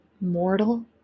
mortal